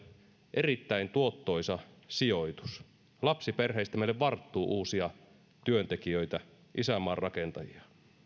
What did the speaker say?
erittäin tuottoisa sijoitus lapsiperheistä meille varttuu uusia työntekijöitä isänmaan rakentajia